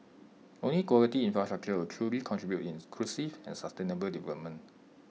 only quality infrastructure will truly contribute to inclusive and sustainable development